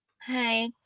Hi